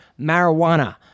marijuana